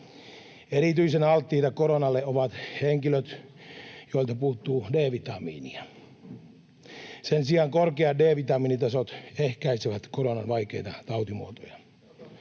Erityisen alttiita koronalle ovat henkilöt, joilta puuttuu D-vitamiinia. Sen sijaan korkeat D-vitamiinitasot ehkäisevät koronan vaikeita tautimuotoja.